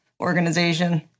organization